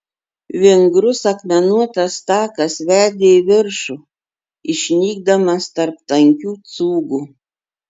vingrus akmenuotas takas vedė į viršų išnykdamas tarp tankių cūgų